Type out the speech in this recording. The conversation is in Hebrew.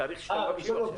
בתאריך שאתם מבקשים עכשיו.